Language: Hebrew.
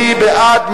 מי בעד?